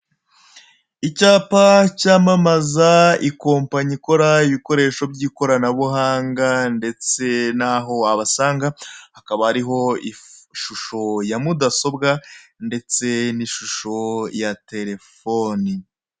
Icyapa cyamamaza ikompanyi ikora ibikoresho by'ikoranabuhanga ndetse n'aho wabasanga, hakaba hariho ishusho ya mudasobwa ndetse n'ishusho ya terefone.